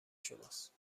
شماست